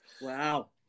wow